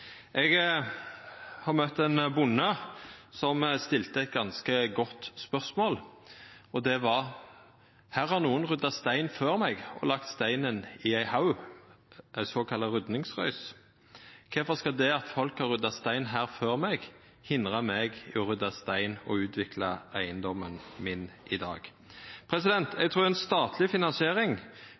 Eg har møtt ein bonde som stilte eit ganske godt spørsmål, og det var: Her har nokon rydda stein før meg og lagt steinen i ein haug, ei såkalla rydningsrøys. Kvifor skal det at folk har rydda stein her før meg, hindra meg i å rydda stein og utvikla eigedomen min i dag? Eg trur ei statleg finansiering